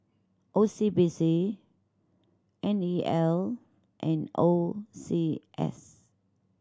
O C B C N E L and O C S